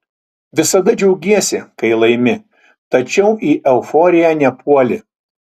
visada džiaugiesi kai laimi tačiau į euforiją nepuoli